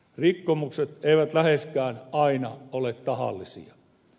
rikkomukset eivät läheskään aina ole tahallisia